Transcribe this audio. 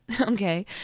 okay